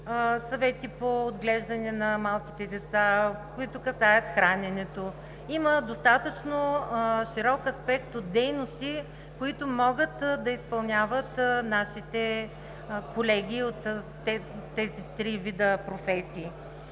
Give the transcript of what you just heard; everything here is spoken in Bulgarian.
съвети по отглеждане на малките деца, които касаят храненето. Има достатъчно широк аспект от дейности, които могат да изпълняват нашите колеги от тези три вида професии.